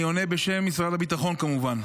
אני עונה בשם משרד הביטחון כמובן.